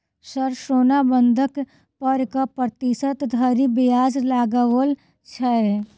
Sir सोना बंधक पर कऽ प्रतिशत धरि ब्याज लगाओल छैय?